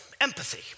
empathy